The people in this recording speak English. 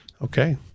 Okay